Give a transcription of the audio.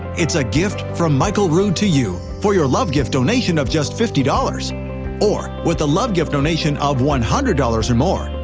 it's a gift from michael rood to you for your love gift donation of just fifty dollars or with a love gift donation of one hundred dollars or more,